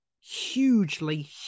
hugely